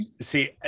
see